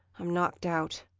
i'm knocked out.